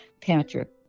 Patrick